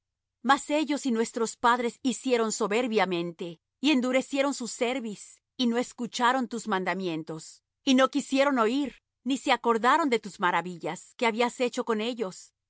mas ellos y nuestros padres hicieron soberbiamente y endurecieron su cerviz y no escucharon tus mandamientos y no quisieron oir ni se acordaron de tus maravillas que habías hecho con ellos